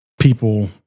people